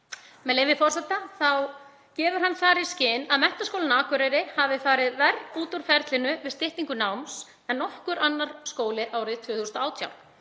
lok september. Hann gefur þar í skyn að Menntaskólinn á Akureyri hafi farið verr út úr ferlinu við styttingu náms en nokkur annar skóli árið 2018.